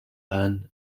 ban